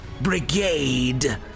Brigade